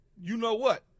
you-know-what